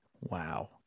Wow